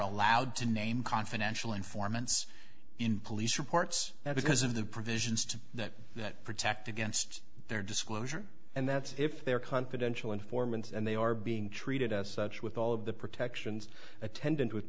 allowed to name confidential informants in police reports now because of the provisions to that that protect against their disclosure and that's if they're confidential informants and they are being treat and as such with all of the protections attendant with